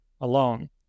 alone